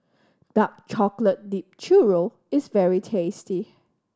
dark chocolate dipped churro is very tasty